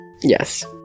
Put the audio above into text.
Yes